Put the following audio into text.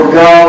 go